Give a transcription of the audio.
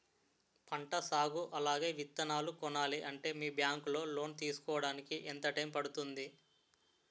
పంట సాగు అలాగే విత్తనాలు కొనాలి అంటే మీ బ్యాంక్ లో లోన్ తీసుకోడానికి ఎంత టైం పడుతుంది?